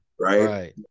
right